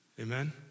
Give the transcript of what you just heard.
amen